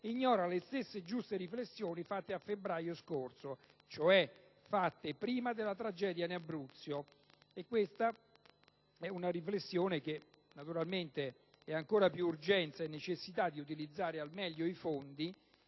ignora le stesse giuste riflessioni fatte a febbraio scorso, cioè prima della tragedia in Abruzzo, a seguito della quale vi è ancora più urgenza e necessità di utilizzare al meglio i fondi